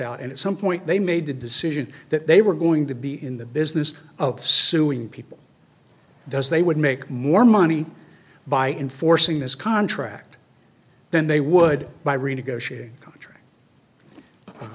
out and at some point they made the decision that they were going to be in the business of suing people does they would make more money by enforcing this contract then they would buy renegotiate contr